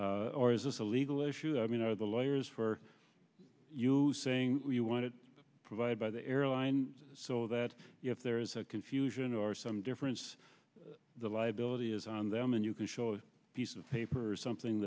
or is this a legal issue i mean are the lawyers for you saying you want it provided by the airline so that if there is a confusion or some difference the liability is on them and you can show a piece of paper or something